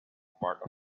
party